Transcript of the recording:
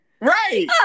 Right